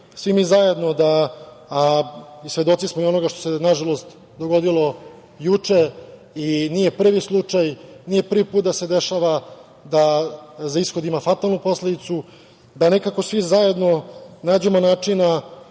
svi mi zajedno da i svedoci smo onoga što se, nažalost, dogodilo juče i nije prvi slučaj, nije prvi put da se dešava da za ishod ima fatalnu posledicu, da nekako svi zajedno nađemo načina,